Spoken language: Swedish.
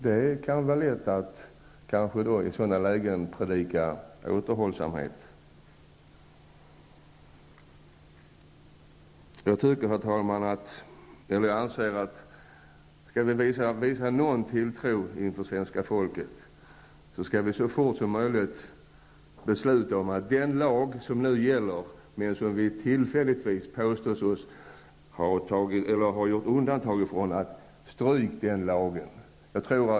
Det kan vara lätt för dem att predika återhållsamhet. Jag anser, herr talman, att om vi skall vinna någon tilltro hos svenska folket skall vi så fort som möjligt besluta att den lag som nu gäller, men som vi tillfälligtvis har gjort undantag från, skall strykas.